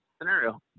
scenario